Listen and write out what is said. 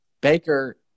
Baker